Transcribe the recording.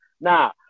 Now